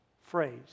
phrase